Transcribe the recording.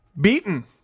Beaten